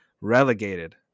relegated